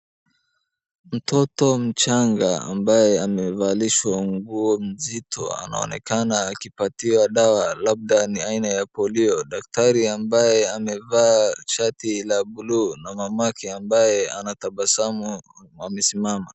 Mtoto mchanga ambaye amevalishwa nguo nzito anaonekana akipatiwa dawa labda ni aina ya polio. Daktari ambaye amevaa shati la blue na mamake ambaye anatabasamu wamesimama.